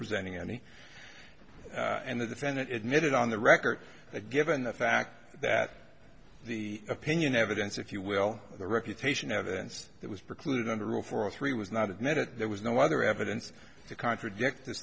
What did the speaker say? presenting any and the defendant admitted on the record that given the fact that the opinion evidence if you will the reputation evidence that was precluded under rule for three was not admitted there was no other evidence to contradict th